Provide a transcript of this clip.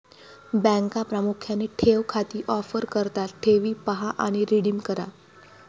बँका प्रामुख्याने ठेव खाती ऑफर करतात ठेवी पहा आणि रिडीम करा